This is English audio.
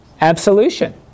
absolution